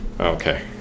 Okay